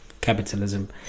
capitalism